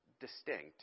distinct